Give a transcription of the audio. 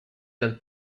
dal